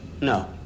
No